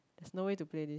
there's no way to play this